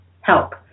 help